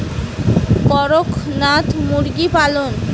করকনাথ মুরগি পালন?